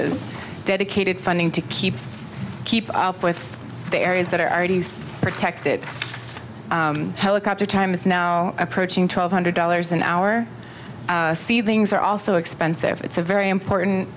is dedicated funding to keep keep up with the areas that are already protected helicopter time is now approaching twelve hundred dollars an hour seedlings are also expensive it's a very important